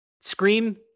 Scream